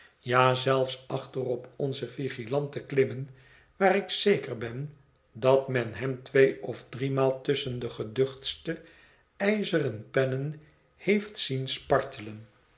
ja zelfs achter op onze vigilante klimmen waar ik zeker ben dat men hem twee of driemaal tusschen de geduchtste ijzeren pennen heeft zien spartelen